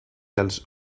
els